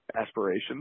aspirations